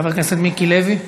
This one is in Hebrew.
חבר הכנסת מיקי לוי.